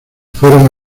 fueron